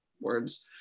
words